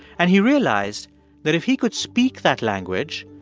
and he realized that if he could speak that language,